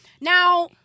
Now